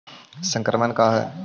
संक्रमण का है?